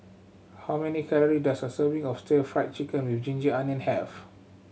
how many calorie does a serving of Stir Fried Chicken with ginger onion have